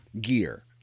gear